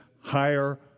higher